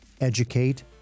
educate